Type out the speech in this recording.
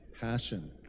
passion